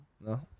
No